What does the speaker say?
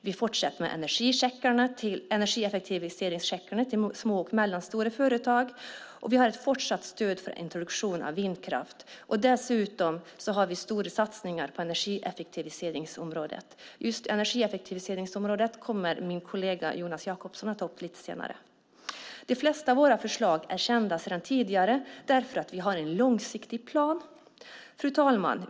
Vi fortsätter med energieffektiviseringscheckarna till små och mellanstora företag, och vi har ett fortsatt stöd för introduktion av vindkraft. Dessutom har vi stora satsningar på energieffektiviseringsområdet. Just energieffektiviseringsområdet kommer min kollega Jonas Jacobsson att ta upp lite senare. De flesta av våra förslag är kända sedan tidigare därför att vi har en långsiktig plan. Fru talman!